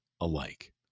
alike